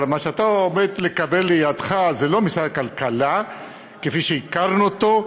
אבל מה שאתה עומד לקבל לידך זה לא משרד כלכלה כפי שהכרנו אותו,